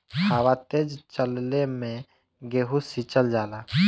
हवा तेज चलले मै गेहू सिचल जाला?